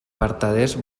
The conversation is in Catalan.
vertaders